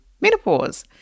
menopause